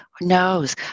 knows